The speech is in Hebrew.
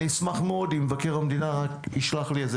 אשמח מאוד אם מבקר המדינה רק ישלח לי איזה